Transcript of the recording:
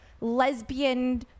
lesbian